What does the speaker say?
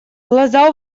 глаза